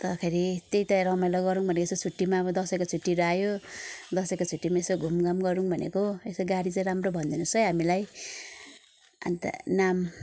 अन्तखेरि त्यही त यहाँ रमाइलो गरौँ भनेर यसो छुट्टीमा अब दसैँको छुट्टीहरू आयो दसैँको छुट्टीम यसो घुमघाम गरौँ भनेको यसो गाडी चाहिँ राम्रो भनिदिनु होस् है हामीलाई अन्त नाम